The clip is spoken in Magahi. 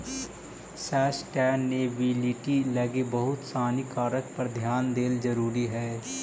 सस्टेनेबिलिटी लगी बहुत सानी कारक पर ध्यान देला जरुरी हई